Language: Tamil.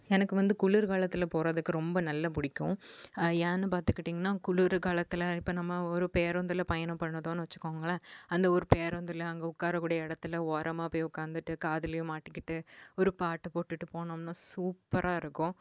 எனக்கு வந்து குளிர்காலத்தில் போகிறதுக்கு ரொம்ப நல்லா பிடிக்கும் ஏன்னு பார்த்துக்கிட்டிங்கன்னா குளிர் காலத்தில் இப்போ நம்ம ஒரு பேருந்தில் பயணம் பண்ணுதோன்னு வச்சிக்கோங்களேன் அந்த ஒரு பேருந்தில் அங்கே உட்கார கூடிய இடத்துல ஓரமாக போய் உட்காந்துட்டு காதுலேயும் மாட்டிக்கிட்டு ஒரு பாட்டு போட்டுட்டு போனோம்னால் சூப்பராக இருக்கும்